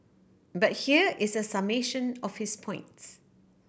but here is a summation of his points